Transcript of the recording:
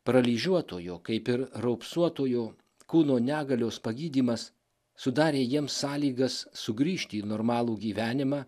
paralyžiuotojo kaip ir raupsuotojo kūno negalios pagydymas sudarė jiems sąlygas sugrįžti į normalų gyvenimą